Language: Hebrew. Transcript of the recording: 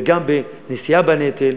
וגם בנשיאה בנטל,